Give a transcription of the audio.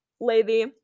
lady